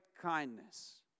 kindness